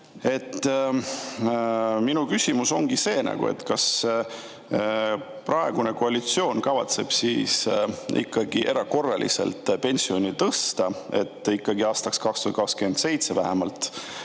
Minu küsimus ongi see, kas praegune koalitsioon kavatseb ikkagi erakorraliselt pensioni tõsta, et aastaks 2027 oleks